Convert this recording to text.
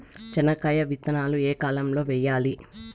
చెనక్కాయ విత్తనాలు ఏ కాలం లో వేయాలి?